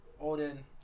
Odin